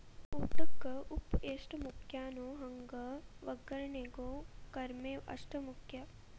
ಊಟಕ್ಕ ಉಪ್ಪು ಎಷ್ಟ ಮುಖ್ಯಾನೋ ಹಂಗ ವಗ್ಗರ್ನಿಗೂ ಕರ್ಮೇವ್ ಅಷ್ಟ ಮುಖ್ಯ